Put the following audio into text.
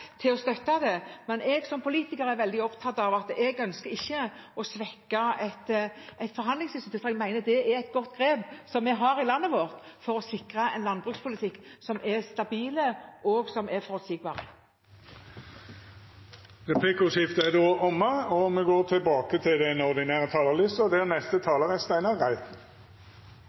til å støtte det, men jeg som politiker er veldig opptatt av at jeg ikke ønsker å svekke et forhandlingsinstitutt, for jeg mener det er et godt grep i landet vårt for å sikre en landbrukspolitikk som er stabil, og som er forutsigbar. Replikkordskiftet er då omme. Dei talarane som heretter får ordet, har òg ei taletid på inntil 3 minutt. Vi